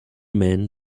men